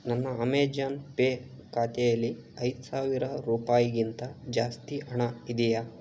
ನನ್ನ Amazon Pay ಖಾತೆಯಲ್ಲಿ ಐದು ಸಾವಿರ ರೂಪಾಯಿಗಿಂತ ಜಾಸ್ತಿ ಹಣ ಇದೆಯಾ